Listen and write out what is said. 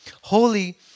Holy